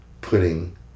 putting